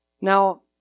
Now